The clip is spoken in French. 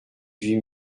huit